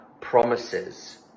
promises